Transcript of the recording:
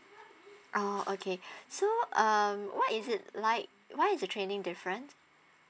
orh okay so um what is it like why is the training different